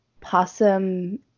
Possum